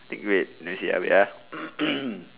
take wait initial wait ah